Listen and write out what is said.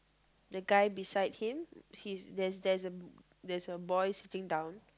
the guy beside him he's there's a there's a there's a boy sitting down